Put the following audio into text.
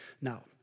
Now